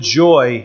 joy